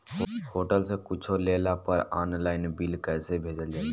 Hotel से कुच्छो लेला पर आनलाइन बिल कैसे भेजल जाइ?